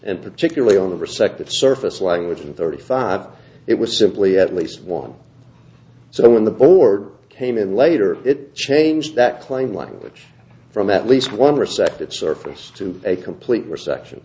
and particularly on the respective surface language and thirty five it was simply at least one so when the board came in later it changed that claim language from at least one respected surface to a complete resection